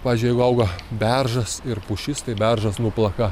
pavyzdžiui jeigu auga beržas ir pušis tai beržas nuplaka